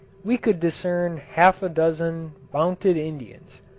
we could discern half-a-dozen mounted indians.